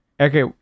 Okay